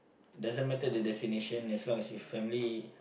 doesn't matter the destination as long as with family